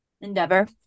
Endeavor